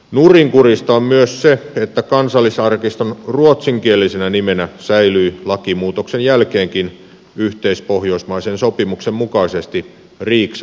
nurinkurista on myös se että kansallisarkiston ruotsinkielisenä nimenä säilyi lakimuutoksen jälkeenkin yhteispohjoismaisen sopimuksen mukaisesti riksarkivet